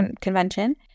convention